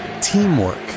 teamwork